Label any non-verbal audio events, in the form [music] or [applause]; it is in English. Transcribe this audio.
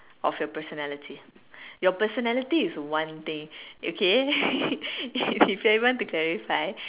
of your personality your personality is one thing okay [laughs] if if you want to clarify